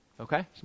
Okay